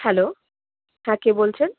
hello হ্যাঁ কে বলছেন